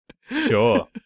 Sure